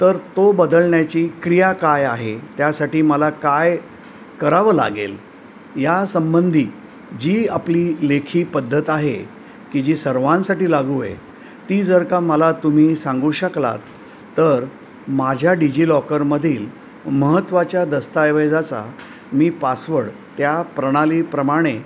तर तो बदळण्याची क्रिया काय आहे त्यासाठी मला काय करावं लागेल या संबंधी जी आपली लेखी पद्धत आहे की जी सर्वांसाठी लागू आहे ती जर का मला तुम्ही सांगू शकलात तर माझ्या डी जी लॉकरमधील महत्त्वाच्या दस्ताऐवजाचा मी पासवर्ड त्या प्रणालीप्रमाणे